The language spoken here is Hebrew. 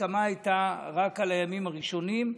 ההסכמה הייתה רק על הימים הראשונים,